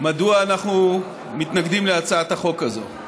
מדוע אנחנו מתנגדים להצעת החוק הזאת.